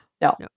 No